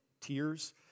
tears